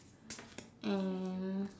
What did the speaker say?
and